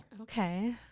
Okay